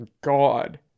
God